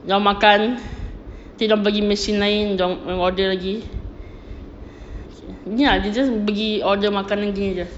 dia orang makan nanti dia orang pergi machine lain dia orang order lagi ni jer ah just pergi order makan lagi jer